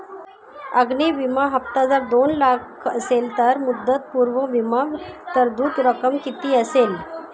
अग्नि विमा हफ्ता जर दोन लाख असेल तर मुदतपूर्व विमा तरतूद रक्कम किती असेल?